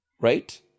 Right